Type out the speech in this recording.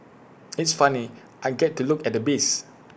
it's funny I get to look at the bees